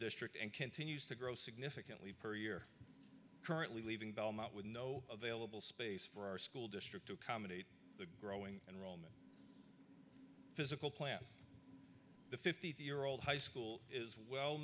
district and continues to grow significantly per year currently leaving belmont with no available space for our school district to accommodate the growing and roll physical plant the fifty three year old high school is well